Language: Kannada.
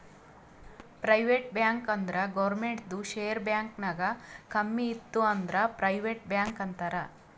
ಪ್ರೈವೇಟ್ ಬ್ಯಾಂಕ್ ಅಂದುರ್ ಗೌರ್ಮೆಂಟ್ದು ಶೇರ್ ಬ್ಯಾಂಕ್ ನಾಗ್ ಕಮ್ಮಿ ಇತ್ತು ಅಂದುರ್ ಪ್ರೈವೇಟ್ ಬ್ಯಾಂಕ್ ಅಂತಾರ್